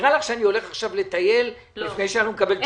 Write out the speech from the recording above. נראה לך שאני הולך עכשיו לטייל לפני שאני מקבל תשובה על זה?